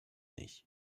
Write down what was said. nicht